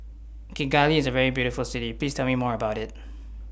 Kigali IS A very beautiful City Please Tell Me More about IT